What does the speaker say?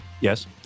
yes